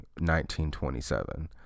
1927